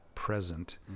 present